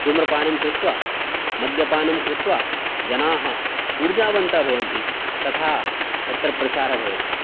धूम्रपानं कृत्वा मद्यपानं कृत्वा जनाः ऊर्जावन्तः भवन्ति तथा तत्र प्रचारः भवति